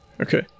Okay